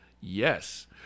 Yes